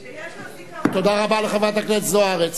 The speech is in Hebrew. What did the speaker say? תודה רבה לחברת הכנסת זוארץ.